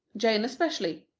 jane especially.